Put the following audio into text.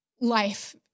life